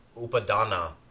upadana